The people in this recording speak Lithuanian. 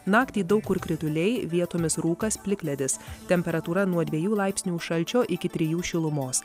naktį daug kur krituliai vietomis rūkas plikledis temperatūra nuo dviejų laipsnių šalčio iki trijų šilumos